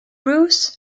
ruth